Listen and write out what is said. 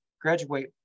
graduate